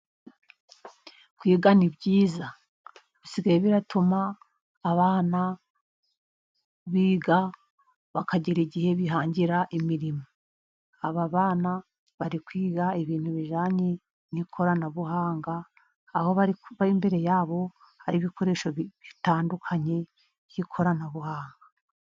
Kwiga ni byiza bisigaye biratuma abana biga bakagera igihe bihangira imirimo. Aba bana bari kwiga ibintu bijyanye n'ikoranabuhanga, aho bari imbere yabo hari ibikoresho bitandukanye by'ikoranabuhanga.